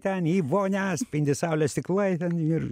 ten į vonią spindi saulėje stiklai ten ir